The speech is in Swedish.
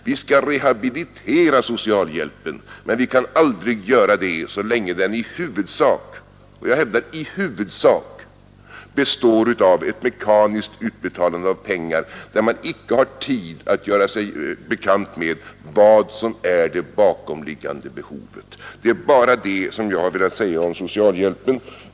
Vi skall rehabilitera socialhjälpen, men vi kan inte göra det så länge den i huvudsak — jag hävdar, i huvudsak — består av ett mekaniskt utbetalande av pengar, där man inte har tid att göra sig bekant med vad som är det bakomliggande behovet. Det är bara detta jag har velat säga om socialhjälpen.